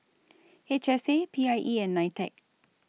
H S A P I E and NITEC